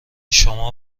شما